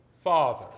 Father